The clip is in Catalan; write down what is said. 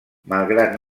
malgrat